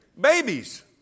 babies